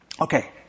Okay